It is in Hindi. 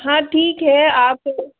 हाँ ठीक है आप